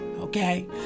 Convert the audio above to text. Okay